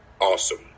Awesome